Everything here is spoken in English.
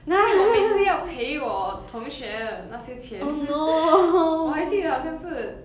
所以我每次要赔我同学的那些钱 我还记得好像是